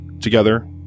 Together